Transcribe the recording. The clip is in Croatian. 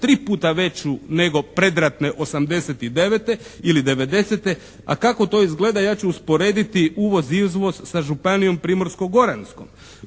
3 puta veću nego predratne '89., ili '90., a kako to izgleda ja ću usporediti uvoz-izvoz sa Županijom primorsko-goranskom.